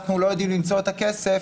אנחנו לא יודעים למצוא את הכסף,